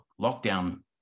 lockdown